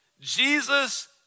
Jesus